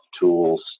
tools